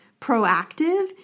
proactive